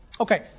Okay